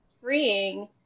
freeing